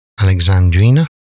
Alexandrina